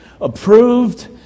Approved